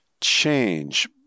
change